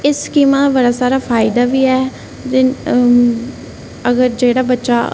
एह् स्कीमां दा बड़ा सारा फायदा बी ऐ अगर जेह्ड़ा बच्चा